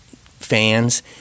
fans